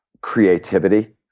creativity